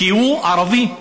כי הוא ערבי.